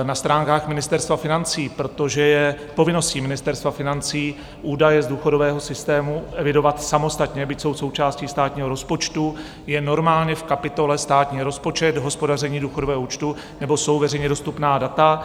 Na stránkách Ministerstva financí, protože je povinností Ministerstva financí údaje z důchodového systému evidovat samostatně, byť jsou součástí státního rozpočtu, je normálně v kapitole Státní rozpočet, hospodaření důchodového účtu, nebo jsou veřejně dostupná data.